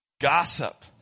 Gossip